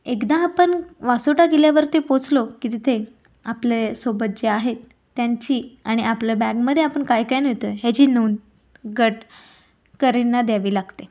एकदा आपण वासोटा किल्ल्यावरती पोचलो की तिथे आपल्यासोबत जे आहेत त्यांची आणि आपल्या बॅगमध्ये आपन कायकाय नेतो आहे ह्याची नोंद गट करींना द्यावी लागते